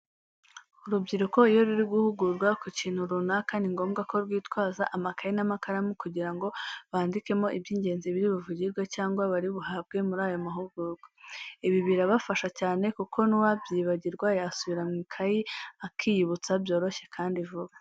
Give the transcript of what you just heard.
Urubyiruko iyo ruri guhugurwa ku kintu runaka, ni ngombwa ko rwitwaza amakayi n'amakaramu kugira ngo bandikemo iby'ingenzi biri buvugirwe cyangwa bari buhabwe muri ayo mahugurwa. Ibi birabafasha cyane kuko n'uwabyibagirwa yasubira muri ya kaye akiyibutsa byoroshye kandi vuba.